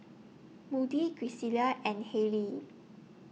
Moody Gisselle and Haylie